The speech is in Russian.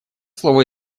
слово